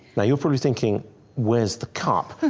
now you're probably thinking where's the cup?